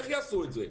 איך יעשו את זה?